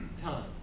time